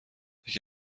یکی